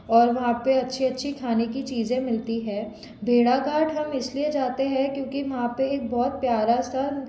और वहाँ पर अच्छी अच्छी खाने की चीज़ें मिलती है भेड़ाघाट हम इसलिए जाते हैं क्योंकि वहाँ पर एक बहुत प्यारा सा